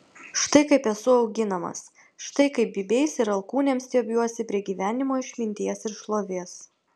štai kaip esu auginamas štai kaip bybiais ir alkūnėm stiebiuosi prie gyvenimo išminties ir šlovės